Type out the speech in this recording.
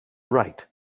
right